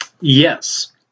yes